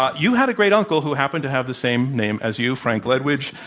ah you had a great-uncle who happened to have the same name as you, frank ledwidge.